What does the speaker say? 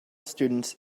students